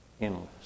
endless